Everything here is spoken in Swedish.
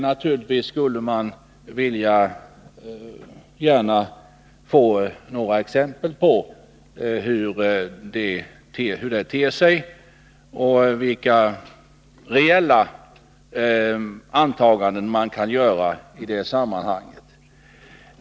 Naturligtvis skulle man vilja få några exempel på hur det ter sig och vilka reella antaganden man kan göra i det sammanhanget.